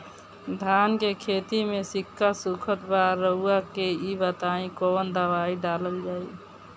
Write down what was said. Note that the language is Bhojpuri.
धान के खेती में सिक्का सुखत बा रउआ के ई बताईं कवन दवाइ डालल जाई?